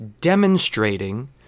demonstrating